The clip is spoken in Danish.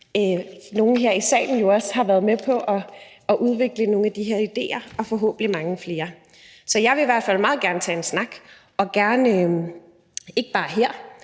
nogle her i salen jo også har været med på at udvikle, altså nogle af de her idéer, som der forhåbentlig kommer mange flere af. Så jeg vil i hvert fald meget gerne tage en snak og ikke bare her,